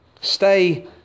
Stay